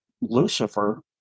Lucifer